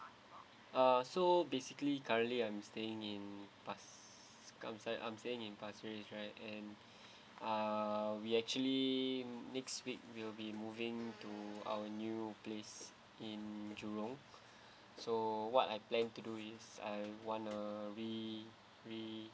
uh so basically currently I'm staying in pas~ I'm staying I'm staying in pasir ris right and ah we actually next week we will be moving to our new place in jurong so what I plan to do is I want a re~ re~